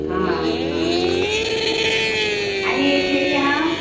हां हां आनी केळी आहा